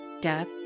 death